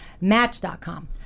Match.com